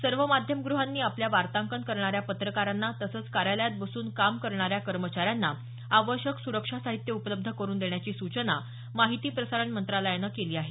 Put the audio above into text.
सर्व माध्यमगृहांनी आपल्या वार्तांकन करणाऱ्या पत्रकारांना तसंच कार्यालयात बसून काम करणाऱ्या कर्मचाऱ्यांना आवश्यक सुरक्षा साहित्य उपलब्ध करून देण्याची सूचना माहिती प्रसारण मंत्रालयानं केली आहे